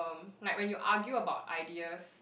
like when you argue about ideas